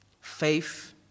faith